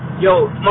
Yo